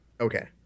Okay